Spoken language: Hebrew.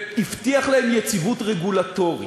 והבטיח להן יציבות רגולטורית.